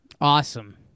Awesome